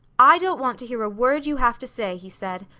i don't want to hear a word you have to say, he said.